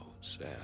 sad